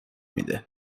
میده